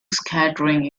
scattering